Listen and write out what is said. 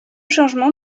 changements